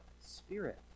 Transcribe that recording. Spirit